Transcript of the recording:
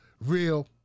real